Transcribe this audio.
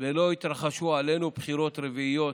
ולא יתרחשו עלינו בחירות רביעיות?